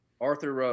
Arthur